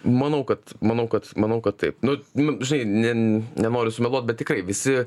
manau kad manau kad manau kad taip nu nu žai nenoriu sumeluot bet tikrai visi